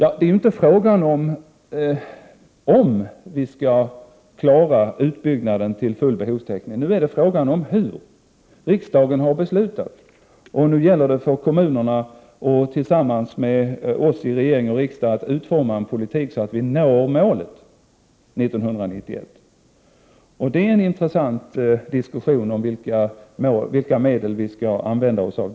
Frågan är inte om vi skall klara utbyggnaden när det gäller full behovstäckning, utan frågan är hur det skall gå till. Riksdagen har fattat beslut. Nu gäller det för kommunerna att tillsammans med regeringen och riksdagen utforma en politik, som gör det möjligt att nå det uppsatta målet till 1991. Det är intressant att diskutera vilka medel vi då skall använda oss av.